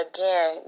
Again